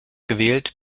gewählt